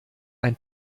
ein